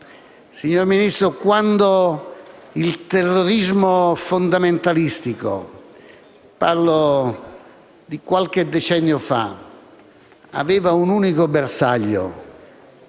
Signor Ministro, quando il terrorismo fondamentalistico - parlo di qualche decennio fa - aveva un unico bersaglio,